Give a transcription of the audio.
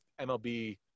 MLB